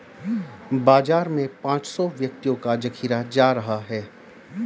बाजार में पांच सौ व्यक्तियों का जखीरा जा रहा है